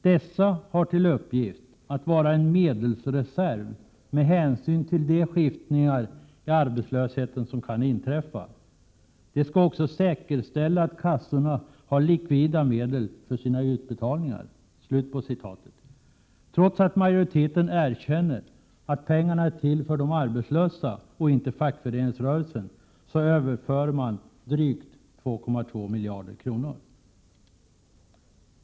Dessa har till uppgift att vara en medelsreserv med hänsyn till de skiftningar i arbetslösheten som kan inträffa. De skall också säkerställa att kassorna har likvida medel för sina utbetalningar.” Trots att majoriteten erkänner att pengarna är till för de arbetslösa och inte för fackföreningsrörelsen, överför man drygt 2,2 miljarder kronor.